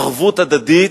ערבות הדדית,